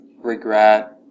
regret